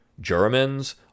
Germans